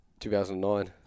2009